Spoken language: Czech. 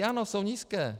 Ano, jsou nízké.